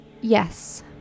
yes